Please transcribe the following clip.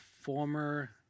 former